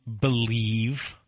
believe